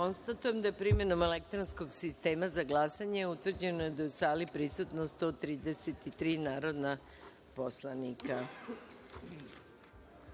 jedinice. Konstatujem da je primenom elektronskog sistema za glasanje utvrđeno da je u sali prisutno 139 narodnih poslanika. Uručen